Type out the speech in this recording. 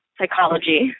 psychology